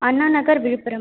Anna Nagar Villupuram